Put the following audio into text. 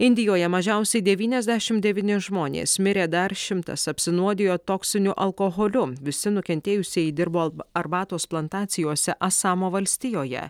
indijoje mažiausiai devyniasdešimt devyni žmonės mirė dar šimtas apsinuodijo toksiniu alkoholiu visi nukentėjusieji dirbo arbatos plantacijose asamo valstijoje